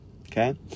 okay